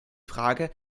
frage